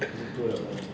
butoh I'm fine